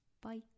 bye